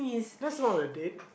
that's not a date